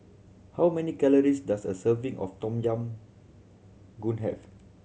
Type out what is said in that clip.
how many calories does a serving of Tom Yam Goong have